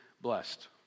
blessed